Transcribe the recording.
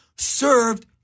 served